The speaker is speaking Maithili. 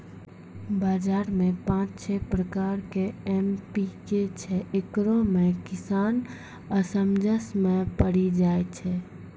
बाजार मे पाँच छह प्रकार के एम.पी.के छैय, इकरो मे किसान असमंजस मे पड़ी जाय छैय?